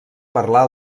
parlar